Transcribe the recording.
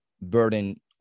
burden